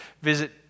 visit